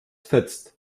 fetzt